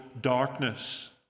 darkness